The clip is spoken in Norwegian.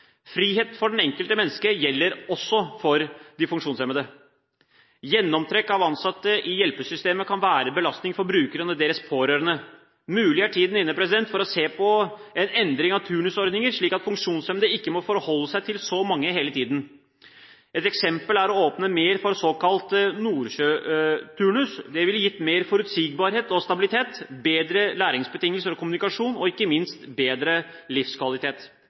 Frihet for det enkelte menneske gjelder også for de funksjonshemmede. Gjennomtrekk av ansatte i hjelpesystemet kan være en belastning for brukerne og deres pårørende. Det er mulig tiden er inne for å se på en endring av turnusordninger, slik at funksjonshemmede ikke må forholde seg til så mange hele tiden. Et eksempel er å åpne mer for såkalt nordsjøturnus. Det ville gitt mer forutsigbarhet og stabilitet, bedre læringsbetingelser og kommunikasjon og ikke minst bedre livskvalitet.